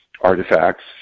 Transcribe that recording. artifacts